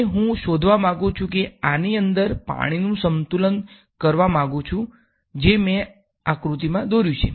અને હું શોધવા માંગુ છું કે હું આની અંદર પાણીનું સંતુલન કરવા માંગુ છું જે મે આ આકૃતિ દોર્યું છે